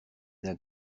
d’un